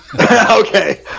Okay